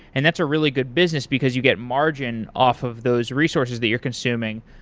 and that's a really good business because you get margin off of those resources that you're consuming.